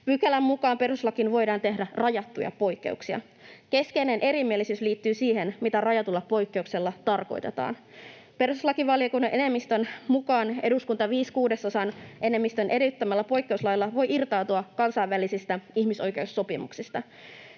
Pykälän mukaan perustuslakiin voidaan tehdä rajattuja poikkeuksia. Keskeinen erimielisyys liittyy siihen, mitä rajatulla poikkeuksella tarkoitetaan. Perustuslakivaliokunnan enemmistön mukaan eduskunta viiden kuudesosan enemmistön edellyttämällä poikkeuslailla voi irtautua kansainvälisistä ihmisoikeussopimuksista.